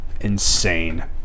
insane